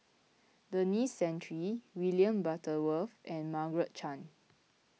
Denis Santry William Butterworth and Margaret Chan